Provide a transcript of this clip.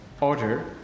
order